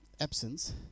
absence